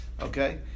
okay